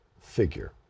figure